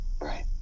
Right